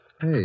Hey